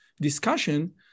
discussion